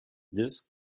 this